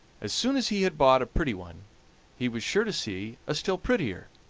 as soon as he had bought a pretty one he was sure to see a still prettier,